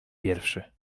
pierwszy